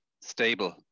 stable